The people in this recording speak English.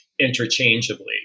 interchangeably